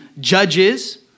judges